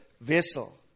vessel